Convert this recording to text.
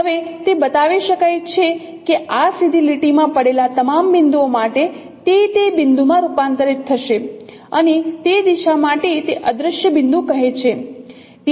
હવે તે બતાવી શકાય છે કે આ સીધી લીટીમાં પડેલા તમામ બિંદુઓ માટે તે બિંદુ માં રૂપાંતરિત થશે અને તે દિશા માટે તે અદૃશ્ય બિંદુ કહે છે